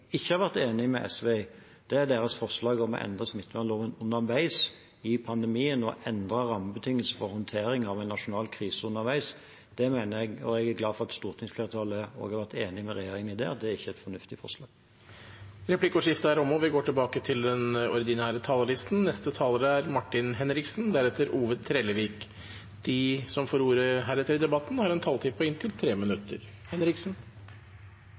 ikke har vært enig med SV i, er deres forslag om å endre smittevernloven underveis i pandemien og å endre rammebetingelsene for håndteringen av en nasjonal krise underveis. Jeg er glad for at stortingsflertallet har vært enig med regjeringen i at det ikke har vært et fornuftig forslag. Replikkordskiftet er omme. De talere som heretter får ordet, har en taletid på inntil 3 minutter. Vi trenger en ærlig debatt om beredskap i Norge. Da må regjeringa og Høyre også erkjenne feil som